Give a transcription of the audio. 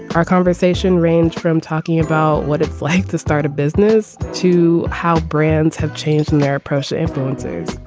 our conversation ranged from talking about what it's like to start a business to how brands have changed in their approach to influencers